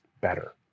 better